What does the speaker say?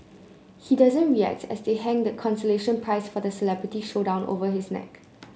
he doesn't react as they hang the consolation prize for the celebrity showdown over his neck